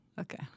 Okay